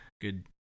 Good